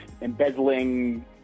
embezzling